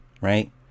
right